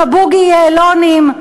הבוגי-יעלונים,